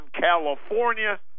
California